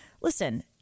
listen